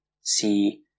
see